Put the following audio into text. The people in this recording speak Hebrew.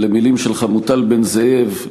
מילים של חמוטל בן-זאב,